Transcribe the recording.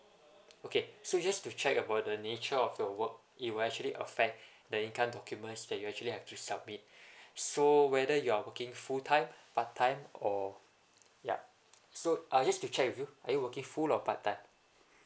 okay so just to check about the nature of your work it will actually affect the income documents that you actually have to submit so whether you're working full time part time or yup so I just to check with you are you working full or part time